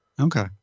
Okay